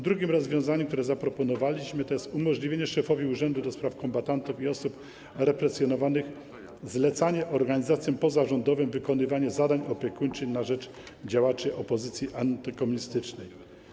Drugim rozwiązaniem, które zaproponowaliśmy, jest umożliwienie szefowi Urzędu do Spraw Kombatantów i Osób Represjonowanych zlecania organizacjom pozarządowym wykonywania zadań opiekuńczych na rzecz działaczy pozycji antykomunistycznej.